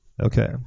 Okay